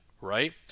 right